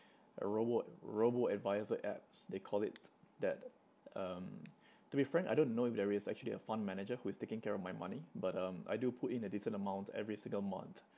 a robo robo-advisor apps they call it that um to be frank I don't know if there is actually a fund manager who is taking care of my money but um I do put in a decent amount every single month